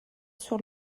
sur